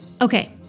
Okay